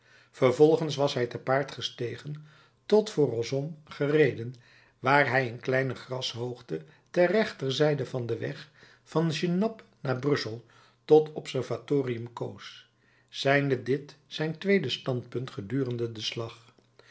vervolgens was hij te paard gestegen tot voor rossomme gereden waar hij een kleine grashoogte ter rechterzijde van den weg van genappe naar brussel tot observatorium koos zijnde dit zijn tweede standpunt gedurende den slag